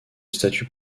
statut